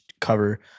cover